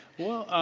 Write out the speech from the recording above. well,